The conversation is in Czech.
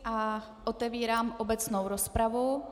A otevírám obecnou rozpravu.